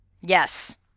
Yes